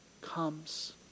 comes